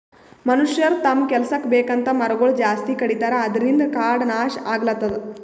ಮನಷ್ಯರ್ ತಮ್ಮ್ ಕೆಲಸಕ್ಕ್ ಬೇಕಂತ್ ಮರಗೊಳ್ ಜಾಸ್ತಿ ಕಡಿತಾರ ಅದ್ರಿನ್ದ್ ಕಾಡ್ ನಾಶ್ ಆಗ್ಲತದ್